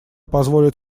позволит